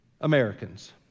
Americans